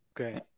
Okay